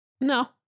No